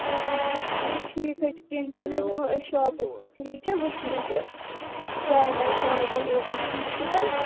اچھا اچھا ٹھیٖک چھُ ٹھیٖک حظ چھُ کیٚنٛہہ تیٚلہِ حظ یِمو أسۍ شاپَس پیٚٹھ ٹھیٖک چھا وُچھِنہِ تہٕ ٹرٛاے واے کَرو تیٚلہِ أتی ٹھیٖک چھُنہٕ حظ